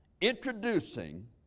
introducing